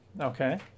Okay